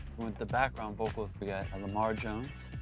with the background vocals we got lamar jones,